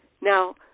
Now